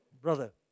brother